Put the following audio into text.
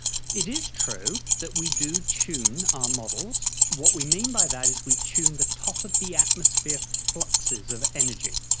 it is true that we do tune our models. what we mean by that is we tune the top of the atmosphere fluxes of energy.